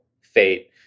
fate